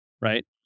right